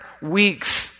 weeks